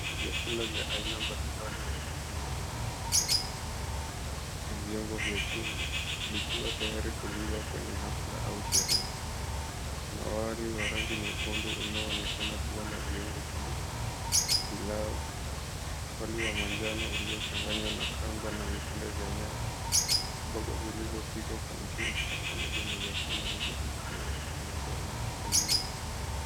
Vyakula vya aina mbalimbali vimewekwa kwenye masanduku na vyombo vya chungwa likiwa tayari kuliwa katika hafla au sherehe. Kuna wali rangi nyekundu unaonekana kuwa na viungo kama pilau. Wali wa manjanu uliyo changanywa na kamba na vipande vya nyama mboga zilizopikwa kwa mchuzi pamoja na vyakula vilivyofungwa kwa majani moja.